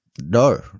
No